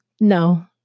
No